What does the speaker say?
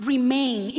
Remain